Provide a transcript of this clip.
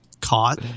caught